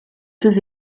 ses